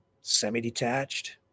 semi-detached